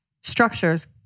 structures